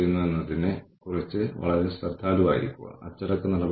കൂടാതെ ഇതിന്റെ അടിസ്ഥാനത്തിൽ ജീവനക്കാർ എവിടെയാണെന്ന് നമ്മൾക്ക് വിലയിരുത്താനാകും